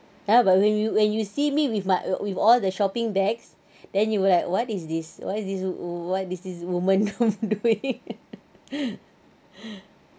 ya but when you when you see me with my with all the shopping bags then you will like what is this what is this wo~ what is this woman doing